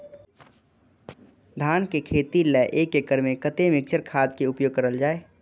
धान के खेती लय एक एकड़ में कते मिक्चर खाद के उपयोग करल जाय?